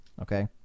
okay